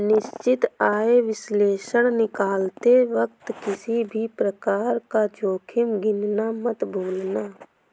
निश्चित आय विश्लेषण निकालते वक्त किसी भी प्रकार का जोखिम गिनना मत भूलना